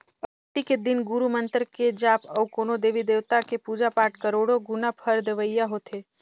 अक्ती के दिन गुरू मंतर के जाप अउ कोनो देवी देवता के पुजा पाठ करोड़ो गुना फर देवइया होथे